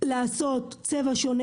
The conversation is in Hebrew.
לעשות צבע שונה,